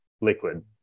liquid